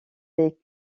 des